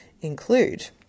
include